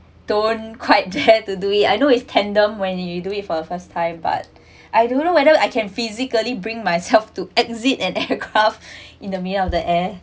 don't quite dare to do it I know is tandem when you do it for the first time but I don't know whether I can physically bring myself to exit an aircraft in the middle of the air